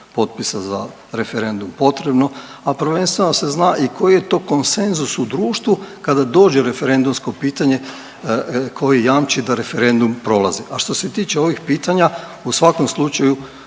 potpisa za referendum potrebno, a prvenstveno da se zna i koji je to konsenzus u društvu kada dođe referendumsko pitanje koje jamči da referendum prolazi. A što se tiče ovih pitanja u svakom slučaju